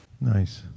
Nice